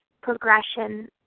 progression